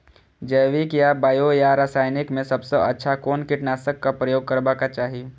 जैविक या बायो या रासायनिक में सबसँ अच्छा कोन कीटनाशक क प्रयोग करबाक चाही?